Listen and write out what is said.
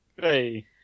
Hey